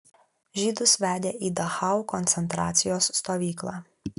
žydus vedė į dachau koncentracijos stovyklą